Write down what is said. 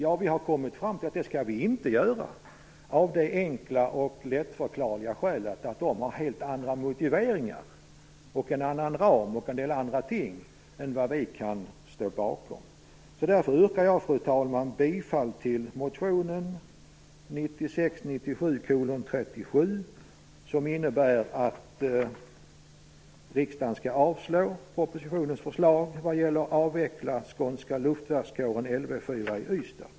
Men vi har kommit fram till att vi inte skall göra det av det enkla och lättförklarliga skälet att Moderaterna har helt andra motiveringar, en annan ram osv. än vad vi kan stå bakom. Därför, fru talman, yrkar jag bifall till motion 1996/97:37 som innebär att riksdagen skall avslå propositionens förslag vad gäller avvecklandet av skånska luftvärnskåren Lv 4 i Ystad.